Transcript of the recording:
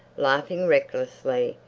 laughing recklessly,